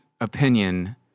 opinion